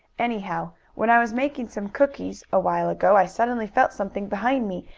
anyhow, when i was making some cookies awhile ago i suddenly felt something behind me,